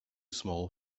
small